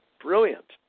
brilliant